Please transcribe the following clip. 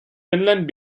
finland